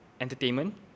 entertainment